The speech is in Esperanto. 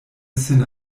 sin